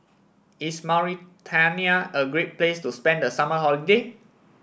is Mauritania a great place to spend the summer holiday